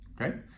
okay